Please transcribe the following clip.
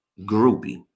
groupie